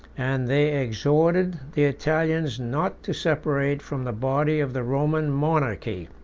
and they exhorted the italians not to separate from the body of the roman monarchy.